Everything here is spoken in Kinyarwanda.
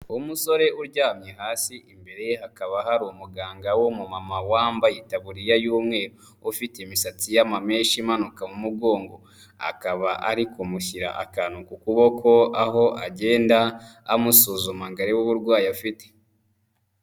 Umusore uryamye hasi imbere ye hakaba hari umuganga w'umumama wambaye itaburiya y'umweru, ufite imisatsi y'amamenshi imanuka mu mugongo, akaba ari kumushyira akantu ku kuboko, aho agenda amusuzuma ngo arebe uburwayi afite.